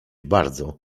bardzo